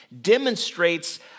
demonstrates